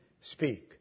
speak